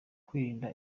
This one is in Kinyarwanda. kwirinda